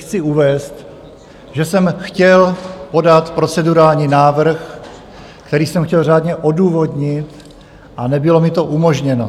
Chci uvést, že jsem chtěl podat procedurální návrh, který jsem chtěl řádně odůvodnit, a nebylo mi to umožněno.